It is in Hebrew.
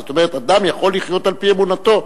זאת אומרת, אדם יכול לחיות על-פי אמונתו.